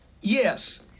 Yes